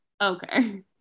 okay